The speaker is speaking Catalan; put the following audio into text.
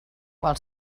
qual